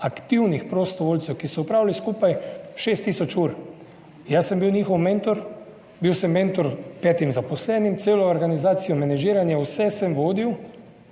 aktivnih prostovoljcev, ki so opravili skupaj 6 tisoč ur. Jaz sem bil njihov mentor, bil sem mentor petim zaposlenim, celo organizacijo menedžiranja, vse sem vodil,